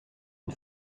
une